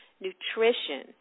nutrition